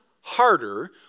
harder